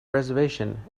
reservation